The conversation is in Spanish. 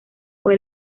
fue